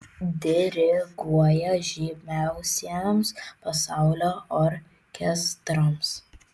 diriguoja žymiausiems pasaulio orkestrams